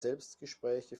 selbstgespräche